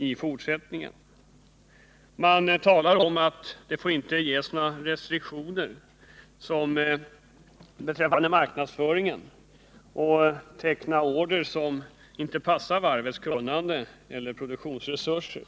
De säger att det inte får sättas upp några restriktioner för marknadsföringen och att det inte får tecknas order som inte passar varvets kunnande eller produktionsresurser.